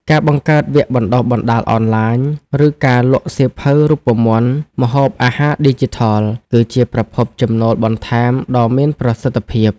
ការបង្កើតវគ្គបណ្តុះបណ្តាលអនឡាញ ឬការលក់សៀវភៅរូបមន្តម្ហូបអាហារឌីជីថល គឺជាប្រភពចំណូលបន្ថែមដ៏មានប្រសិទ្ធភាព។